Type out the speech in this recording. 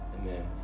amen